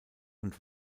und